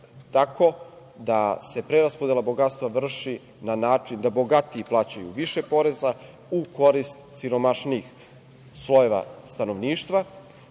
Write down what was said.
tako da se preraspodela bogatstva vrši na način da bogati plaćaju više poreza u korist siromašnijih slojeva stanovništva,